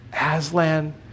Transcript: Aslan